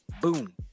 Boom